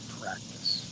practice